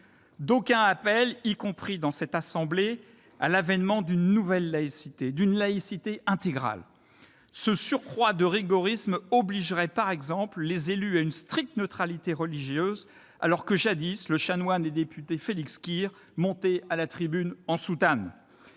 D'aucuns appellent, y compris dans cette assemblée, à l'avènement d'une « nouvelle » laïcité, d'une laïcité « intégrale ». Ce surcroît de rigorisme obligerait les élus à une stricte neutralité religieuse par exemple, alors que, jadis, le chanoine et député Félix Kir montait à la tribune en soutane.